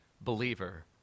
believer